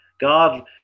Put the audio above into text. God